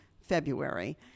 February